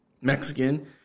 Mexican